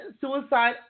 suicide